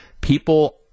people